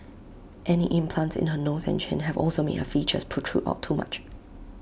any implants in her nose and chin have also made her features protrude out too much